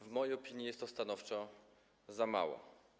W mojej opinii jest to stanowczo za mało.